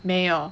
没有